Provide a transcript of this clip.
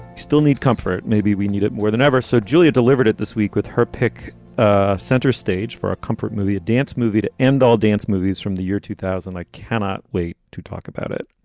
still need comfort. maybe we need it more than ever so julia delivered it this week with her pick ah center stage for a comfort movie, a dance movie to end all dance movies from the year two thousand. i cannot wait to talk about it.